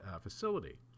facility